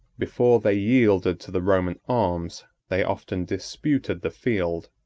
before they yielded to the roman arms, they often disputed the field,